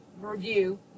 review